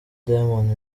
diamond